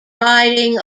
riding